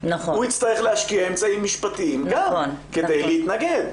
הוא יצטרך להשקיע אמצעים משפטיים גם כדי להתנגד.